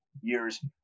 years